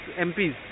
MPs